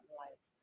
life